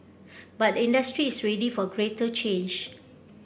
but industry is ready for greater change